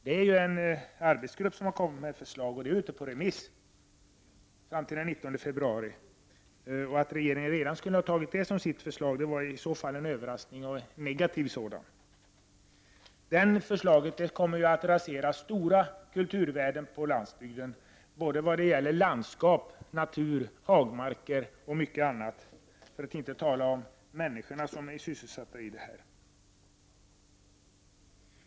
Det är ju en arbetsgrupp som har kommit med ett förslag, och det är ute på remiss fram till den 19 februari. Att regeringen redan skulle ha tagit det som sitt förslag är i så fall en överraskning, och en negativ sådan. Det förslaget kommer ju att rasera stora kulturvärden på landsbygden, när det gäller landskap, natur, hagmarker och mycket annat — för att inte tala om följderna för de människor som är sysselsatta där.